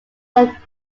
are